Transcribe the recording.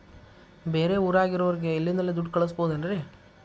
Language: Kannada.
ಬೇರೆ ಊರಾಗಿರೋರಿಗೆ ಇಲ್ಲಿಂದಲೇ ದುಡ್ಡು ಕಳಿಸ್ಬೋದೇನ್ರಿ?